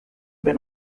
been